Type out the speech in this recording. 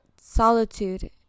solitude